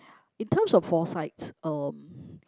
in terms of foresights um